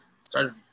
started